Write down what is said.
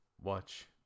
watch